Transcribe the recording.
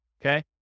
Okay